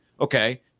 okay